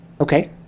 Okay